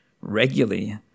regularly